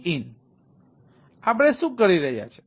stdin આપણે શું કરી રહ્યા છીએ